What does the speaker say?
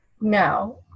now